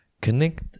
Connect